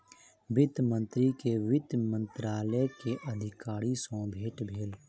वित्त मंत्री के वित्त मंत्रालय के अधिकारी सॅ भेट भेल